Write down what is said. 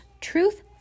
truth